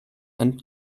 and